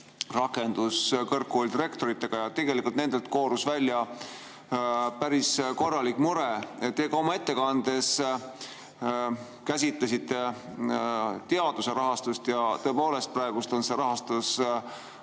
rakenduskõrgkoolide rektoritega ja nende [jutust] koorus välja päris korralik mure. Te ka oma ettekandes käsitlesite teaduse rahastust ja tõepoolest, praegu on see rahastus 1%